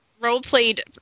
role-played